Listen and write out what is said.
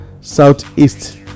southeast